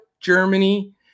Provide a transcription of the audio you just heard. Germany